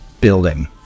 building